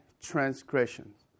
transgressions